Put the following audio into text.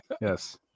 yes